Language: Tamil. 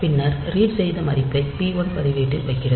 பின்னர் ரீட் செய்த மதிப்பை p1 பதிவேட்டில் வைக்கிறது